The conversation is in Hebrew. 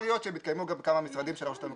להיות שהן יתקיימו גם בכמה משרדים של הרשות המקומית.